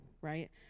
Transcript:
right